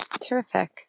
Terrific